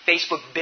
Facebook